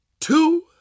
two